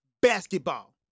basketball